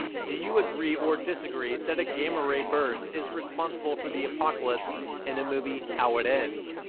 do you agree or disagree that a gamma ray burst is responsible for the apocalypse in the movie how it ends?